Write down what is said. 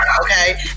okay